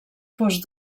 fos